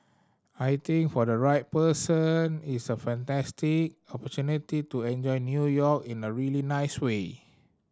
I think for the right person it's a fantastic opportunity to enjoy New York in a really nice way